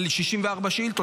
על 64 שאילתות,